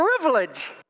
privilege